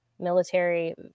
military